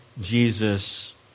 Jesus